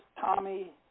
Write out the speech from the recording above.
Tommy